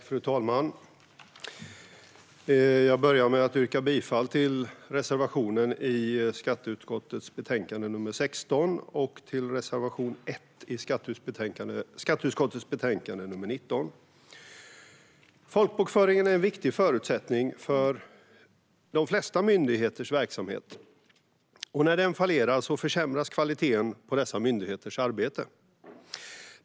Fru talman! Jag börjar med att yrka bifall till reservationen i SkU16 och till reservation 1 i SkU19. Folkbokföringen är en viktig förutsättning för de flesta myndigheters verksamheter, och när den fallerar försämras kvaliteten på dessa myndigheters arbete.